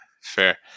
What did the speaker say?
Fair